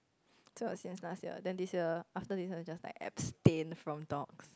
so it's since last year then this year after this one I just like abstain from dog